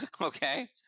Okay